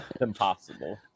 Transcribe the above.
impossible